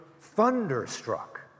thunderstruck